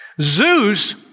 Zeus